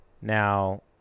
Now –